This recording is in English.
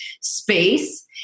space